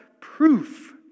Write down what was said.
proof